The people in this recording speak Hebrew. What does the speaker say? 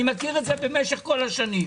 אני מכיר את זה במשך כל השנים.